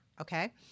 Okay